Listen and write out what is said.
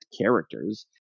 characters